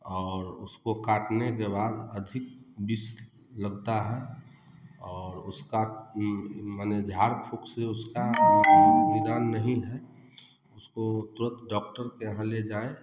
और उसको काटने के बाद अधिक विष लगता है और उसका माने झाड़ फूँक से निदान नहीं है उसको तुरंत डॉक्टर के यहाँ ले जाएँ